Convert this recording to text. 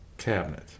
cabinet